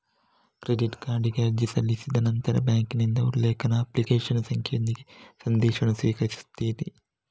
credit ಕಾರ್ಡಿಗೆ ಅರ್ಜಿ ಸಲ್ಲಿಸಿದ ನಂತರ ಬ್ಯಾಂಕಿನಿಂದ ಉಲ್ಲೇಖ, ಅಪ್ಲಿಕೇಶನ್ ಸಂಖ್ಯೆಯೊಂದಿಗೆ ಸಂದೇಶವನ್ನು ಸ್ವೀಕರಿಸುತ್ತೀರಿ